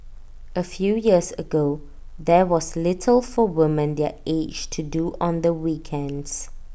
A few years ago there was little for woman their age to do on the weekends